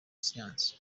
siyansi